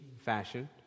fashion